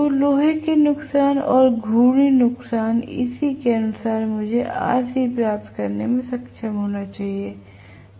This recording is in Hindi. तो लोहे के नुकसान और घूर्णी नुकसान इसी के अनुसार मुझे Rc प्राप्त करने में सक्षम होना चाहिए